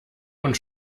und